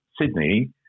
Sydney